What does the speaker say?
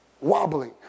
wobbling